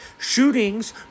Shootings